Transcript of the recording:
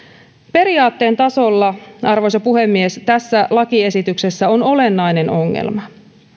periaatteen tasolla arvoisa puhemies tässä lakiesityksessä on olennainen ongelma